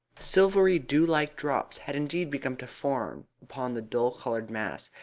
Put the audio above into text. silvery dew-like drops had indeed begun to form upon the dull-coloured mass,